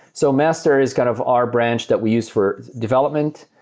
so master is kind of our branch that we use for development.